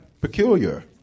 Peculiar